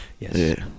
Yes